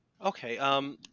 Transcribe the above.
Okay